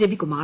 Ravikumar